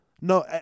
No